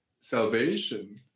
salvation